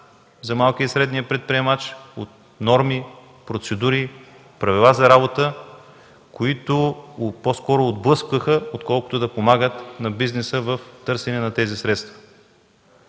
за малкия и средния предприемач от норми, процедури, правила за работа, които по-скоро отблъскваха, отколкото да помагат на бизнеса в търсене на тези средства.